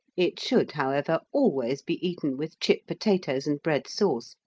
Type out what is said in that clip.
it should, however, always be eaten with chip potatoes and bread sauce,